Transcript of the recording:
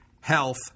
health